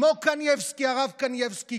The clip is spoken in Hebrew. כמו הרב קנייבסקי,